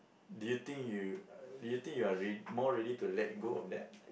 do you think you do you think you're rea~ more ready to let go of that